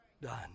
done